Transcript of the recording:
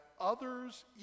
others